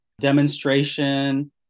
demonstration